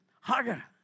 harder